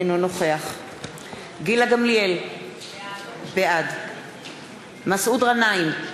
אינו נוכח גילה גמליאל, בעד מסעוד גנאים,